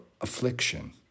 affliction